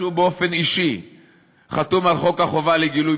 הוא באופן אישי חתום על חוק חובת גילוי